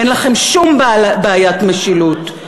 אין לכם שום בעיית משילות.